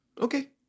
Okay